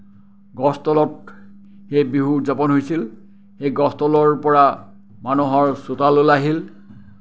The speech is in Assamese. গছ তলত সেই বিহু উদযাপন হৈছিল সেই গছ তলৰ পৰা মানুহৰ চোতাললৈ আহিল